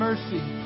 Mercy